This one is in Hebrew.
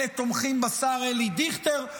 אלה תומכים בשר אלי דיכטר.